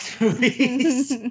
movies